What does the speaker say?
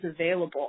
available